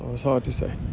it's hard to say.